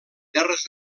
terres